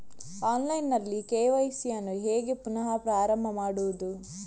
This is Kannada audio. ಆನ್ಲೈನ್ ನಲ್ಲಿ ಕೆ.ವೈ.ಸಿ ಯನ್ನು ಹೇಗೆ ಪುನಃ ಪ್ರಾರಂಭ ಮಾಡುವುದು?